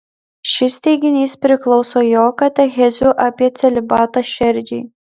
šis teiginys priklauso jo katechezių apie celibatą šerdžiai